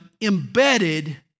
embedded